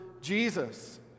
Jesus